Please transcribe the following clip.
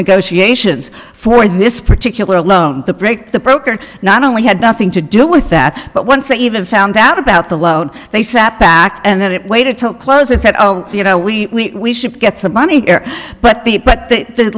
negotiations for this particular loan to break the broker not only had nothing to do with that but once they even found out about the loan they sat back and then it waited till close and said oh you know we should get some money but the but the